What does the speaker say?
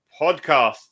Podcast